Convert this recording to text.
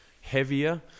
heavier